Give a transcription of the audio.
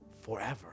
forever